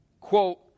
quote